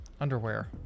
underwear